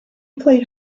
played